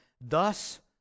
thus